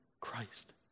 Christ